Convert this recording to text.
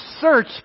search